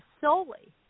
solely